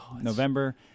November